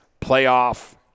playoff